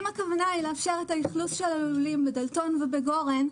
אם הכוונה היא לאפשר את האכלוס של הלולים בדלתון ובגורן,